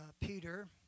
Peter